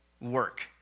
work